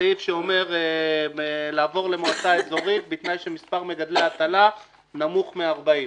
בסעיף שאומר לעבור למועצה איזורית בתנאי שמספר מגדלי הטלה נמוך מ-40.